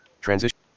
Transition